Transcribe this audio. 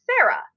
Sarah